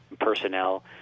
personnel